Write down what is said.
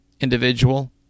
individual